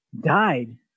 died